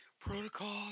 Protocol